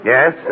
Yes